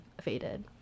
faded